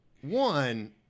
One